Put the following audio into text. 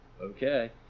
Okay